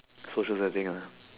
social setting ah